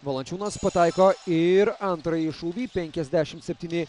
valančiūnas pataiko ir antrąjį šūvį penkiasdešim septyni